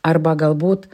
arba galbūt